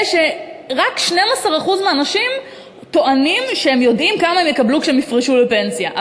רק 12% מהאנשים טוענים שהם יודעים כמה הם יקבלו כשהם יפרשו לפנסיה,